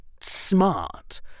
smart